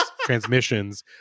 transmissions